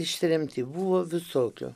ištremti buvo visokių